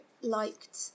liked